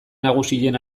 nagusien